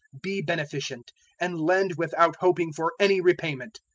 be beneficent and lend without hoping for any repayment.